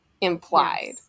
implied